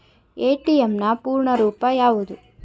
ATM ನ ಪೂರ್ಣ ರೂಪ ಯಾವುದು?